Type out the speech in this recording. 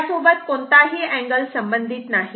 यासोबत कोणताही अँगल संबंधित नाही